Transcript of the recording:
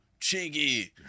chiggy